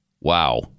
Wow